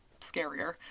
scarier